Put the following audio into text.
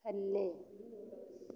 ਥੱਲੇ